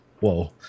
Whoa